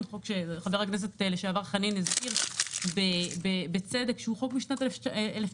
חבר הכנסת לשעבר חנין הזכיר בצדק שהוא חוק מ-1961,